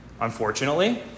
Unfortunately